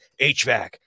HVAC